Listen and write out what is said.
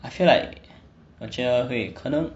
I feel like 我觉得会可能